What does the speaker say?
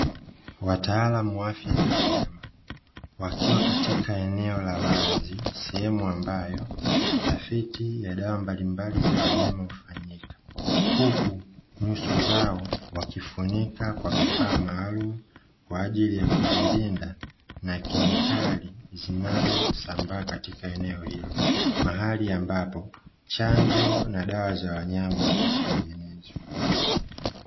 Wataalamu wa afya za wanyama, wakiwa katika eneo la wazi, sehemu ambayo utafiti wadawa mbalimbali za wanyama kufanyika, huku nyuso zao wakifunika kwa vifaa maalumu kwa ajili ya kujilinda na kemikali zinazosambaa katika eneo hilo, mahali ambapo chanjo na dawa za wanyama hutengenezwa.